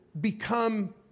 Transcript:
become